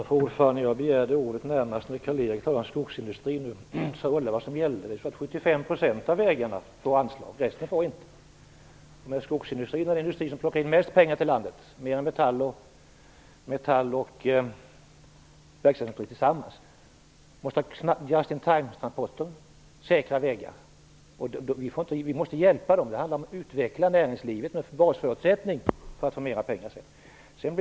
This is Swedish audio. Fru talman! Jag begärde ordet närmast med anledning av det som Karl-Erik Persson sade om skogsindustrin. Han undrade vad som gällde. 75 % av vägarna får anslag, resten får det inte. Skogsindustrin är den industri som plockar in mest pengar till landet, mer än metallindustrin och verkstadsindustrin tillsammans. Just-in-time-transporter kräver säkra vägar. Vi måste hjälpa näringslivet. Det handlar om att utveckla näringslivets basförutsättningar för att kunna få ut mer pengar sedan.